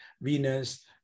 Venus